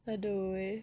!aduh!